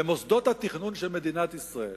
במוסדות התכנון של מדינת ישראל